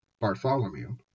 Bartholomew